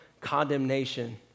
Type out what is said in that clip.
condemnation